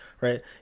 right